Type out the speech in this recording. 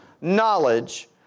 knowledge